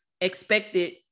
expected